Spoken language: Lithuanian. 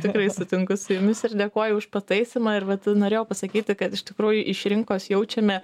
tikrai sutinku su jumis ir dėkoju už pataisymą ir vat norėjau pasakyti kad iš tikrųjų iš rinkos jaučiame